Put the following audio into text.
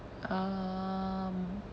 um